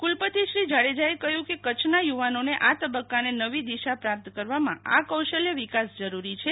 કુલપતિ શ્રી જાડેજાએ કહ્યું કે કચ્છના યુવાનોને આ તબક્કાને નવી દિશા પ્રાપ્ત કરવામાં આ કૌશલ્ય વિકાસ જરૂરી છે